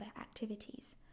activities